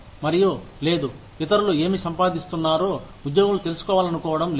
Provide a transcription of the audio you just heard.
మరియు లేదు ఇతరులు ఏమి సంపాదిస్తున్నారో ఉద్యోగులు తెలుసుకోవాలనుకోవడం లేదు